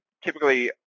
typically